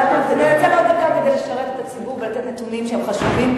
אני אנצל עוד דקה כדי לשרת את הציבור ולתת נתונים שהם חשובים,